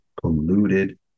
polluted